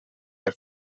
der